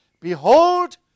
Behold